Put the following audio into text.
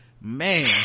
man